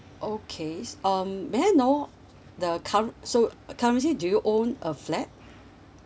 okay um may I know the current so currently do you own a flat